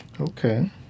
Okay